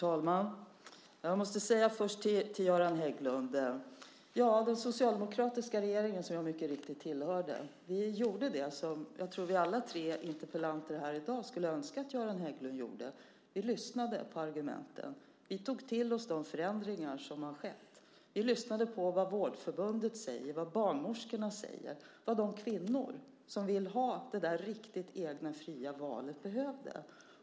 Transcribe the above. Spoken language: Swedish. Herr talman! Jag måste först svara Göran Hägglund. Ja, den socialdemokratiska regeringen som jag mycket riktigt tillhörde gjorde det som alla vi tre debattörer här i dag skulle önska att Göran Hägglund gjorde. Vi lyssnade på argumenten, och vi tog till oss de förändringar som har skett. Vi lyssnade på Vårdförbundet, på barnmorskorna, på vad de kvinnor som vill ha det där riktigt egna fria valet behövde.